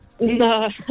No